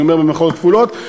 אני אומר במירכאות כפולות,